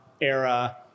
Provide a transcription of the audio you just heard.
era